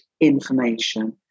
information